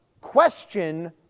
question